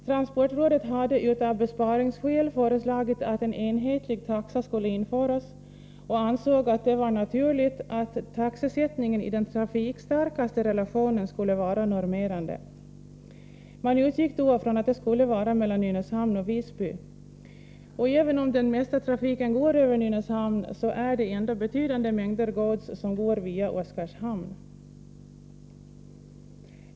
Transportrådet föreslog av besparingskäl att en enhetlig taxa skulle införas och ansåg att det var naturligt att taxesättningen i den trafikstarkaste relationen var normerande. Man utgick då från att det skulle vara den mellan Nynäshamn och Visby. Även om den mesta trafiken går över Nynäshamn är det betydande mängder gods som går via Oskarshamn.